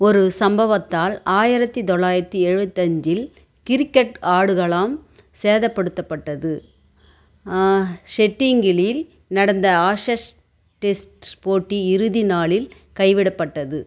ஒரு சம்பவத்தால் ஆயிரத்து தொளாயிரத்து எழுபத்தி அஞ்சில் கிரிக்கெட் ஆடுகளம் சேதப்படுத்தப்பட்டது ஹெடிங்லியில் நடந்த ஆஷஸ் டெஸ்ட் போட்டி இறுதி நாளில் கைவிடப்பட்டது